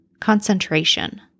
concentration